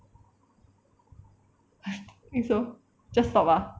think so just stop ah